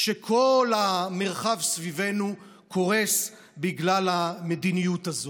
כשכל המרחב סביבנו קורס בגלל המדיניות הזאת.